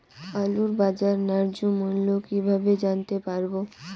আলুর বাজার ন্যায্য মূল্য কিভাবে জানতে পারবো?